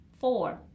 four